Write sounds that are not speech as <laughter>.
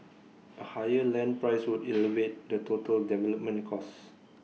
A higher land price would <noise> elevate the total development cost